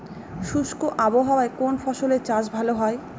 শুষ্ক আবহাওয়ায় কোন ফসলের চাষ ভালো হয়?